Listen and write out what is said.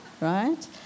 right